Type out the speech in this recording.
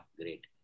great